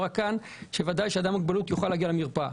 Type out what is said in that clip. נמצאים כאן - שבוודאי שאדם עם מוגבלות יוכל להגיע למרפאה.